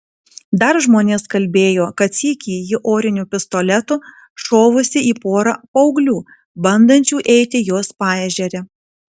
dar žmonės kalbėjo kad sykį ji oriniu pistoletu šovusi į porą paauglių bandančių eiti jos paežere